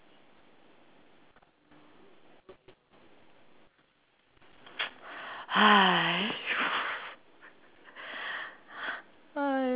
!hais! !aiyo!